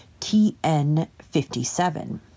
TN57